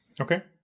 okay